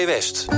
West